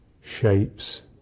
shapes